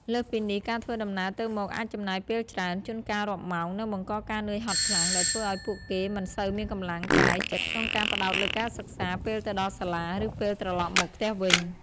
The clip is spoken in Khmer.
លើសពីនេះ ការធ្វើដំណើរទៅមកអាចចំណាយពេលច្រើន ជួនកាលរាប់ម៉ោង និងបង្កការនឿយហត់ខ្លាំង ដែលធ្វើឱ្យពួកគេមិនសូវមានកម្លាំងកាយចិត្តក្នុងការផ្តោតលើការសិក្សាពេលទៅដល់សាលា ឬពេលត្រឡប់មកផ្ទះវិញ។